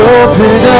open